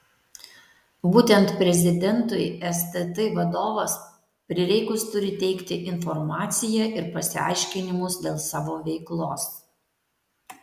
būtent prezidentui stt vadovas prireikus turi teikti informaciją ir pasiaiškinimus dėl savo veiklos